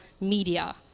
media